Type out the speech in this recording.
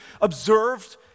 observed